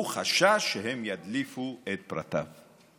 הוא חשש שהם ידליפו את פרטיו.